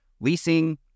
leasing